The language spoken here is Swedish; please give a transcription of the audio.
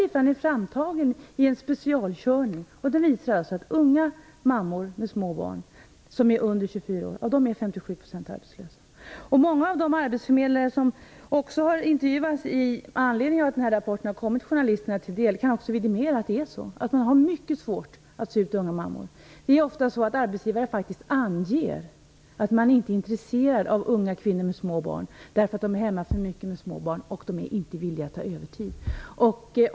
Siffran är framtagen i en specialkörning, och den visar att 57 % av de kvinnor som är under 24 år och har små barn är arbetslösa. Många av de arbetsförmedlare som har intervjuats i anledning av att rapporten har kommit journalisterna till del kan vidimera att det är mycket svårt att få ut unga mammor på arbetsmarknaden. Arbetsgivaren anger faktiskt ofta att man inte är intresserad av unga kvinnor med små barn därför att de är hemma för mycket med barnen och därför att de inte är villiga att arbeta övertid.